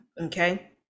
okay